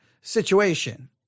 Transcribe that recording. situation